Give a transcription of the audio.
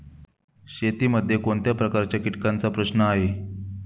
शेतीमध्ये कोणत्या प्रकारच्या कीटकांचा प्रश्न आहे?